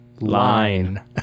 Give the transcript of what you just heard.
Line